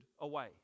away